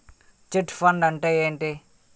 Chit fund అంటే ఏంటి?